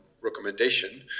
recommendation